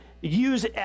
use